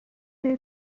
new